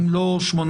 אם לא שמונה,